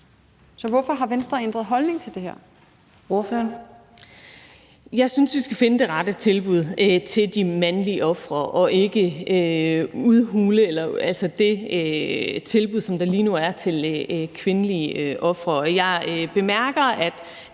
Ordføreren. Kl. 18:35 Linea Søgaard-Lidell (V): Jeg synes, vi skal finde det rette tilbud til de mandlige ofre, og ikke udhule det tilbud, som der lige nu er til kvindelige ofre. Jeg bemærker, at